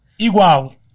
Igual